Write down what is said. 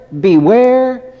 beware